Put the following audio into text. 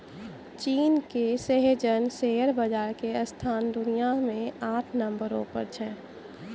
चीन के Shenzhen share बाजार के स्थान दुनिया मे आठ नम्बरो पर छै